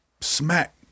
Smack